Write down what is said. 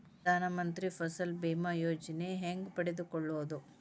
ಪ್ರಧಾನ ಮಂತ್ರಿ ಫಸಲ್ ಭೇಮಾ ಯೋಜನೆ ಹೆಂಗೆ ಪಡೆದುಕೊಳ್ಳುವುದು?